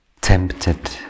tempted